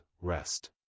rest